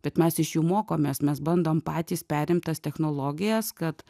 bet mes iš jų mokomės mes bandom patys perimt tas technologijas kad